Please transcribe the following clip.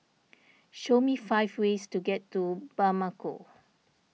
show me five ways to get to Bamako